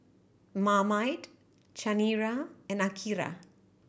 Marmite Chanira and Akira